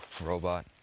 robot